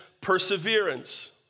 perseverance